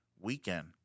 weekend